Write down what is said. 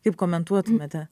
kaip komentuotumėte